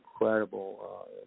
incredible